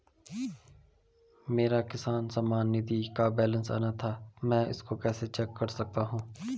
मेरा किसान सम्मान निधि का बैलेंस आना था मैं इसको कैसे चेक कर सकता हूँ?